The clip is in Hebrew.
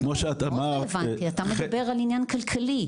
זה מאוד רלוונטי, אתה מדבר על עניין כלכלי.